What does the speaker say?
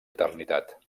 eternitat